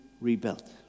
rebuilt